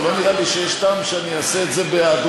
אבל לא נראה לי שיש טעם שאני אעשה את זה בהיעדרו.